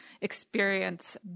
experience